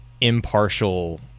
impartial